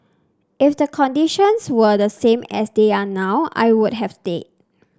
if the conditions were the same as they are now I would have stayed